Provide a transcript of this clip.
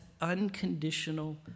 unconditional